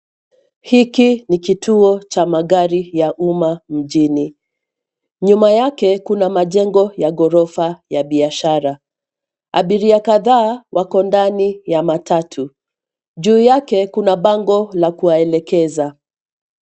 Hiki ni kituo cha magari ya umma mjini. Nyuma yake kuna majengo ya ghorofa ya biashara. Abiria kadhaa wako ndani ya matatu, juu yake kuna bango la kuwaelekeza.